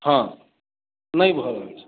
हॅं नहि भऽ रहल छै